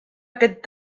aquest